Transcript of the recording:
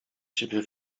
ciebie